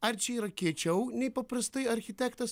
ar čia yra kiečiau nei paprastai architektas